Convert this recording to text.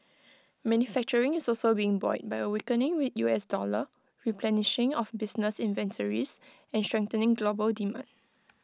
manufacturing is also being buoyed by A weakening we U S dollar replenishing of business inventories and strengthening global demand